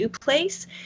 place